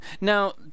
Now